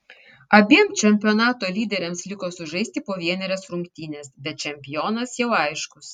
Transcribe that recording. abiem čempionato lyderiams liko sužaisti po vienerias rungtynes bet čempionas jau aiškus